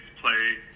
play